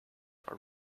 are